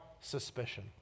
suspicion